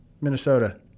Minnesota